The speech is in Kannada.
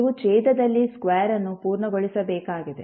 ನೀವು ಛೇದದಲ್ಲಿ ಸ್ಕ್ವೇರ್ಅನ್ನು ಪೂರ್ಣಗೊಳಿಸಬೇಕಾಗಿದೆ